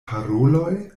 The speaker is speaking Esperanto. paroloj